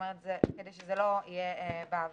כדי שזה לא יהיה באוויר.